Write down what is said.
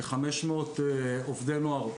כ-500 עובדי נוער,